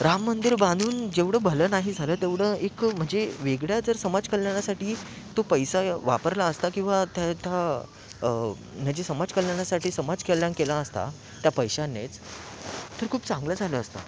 राम मंदिर बांधून जेवढं भलं नाही झालं तेवढं एक म्हणजे वेगळं जर समाज कल्याणासाठी तो पैसा वापरला असता किंवा त्या थ म्हणजे समाज कल्याणासाठी समाजकल्याण केला असता त्या पैशानेच तर खूप चांगलं झालं असतं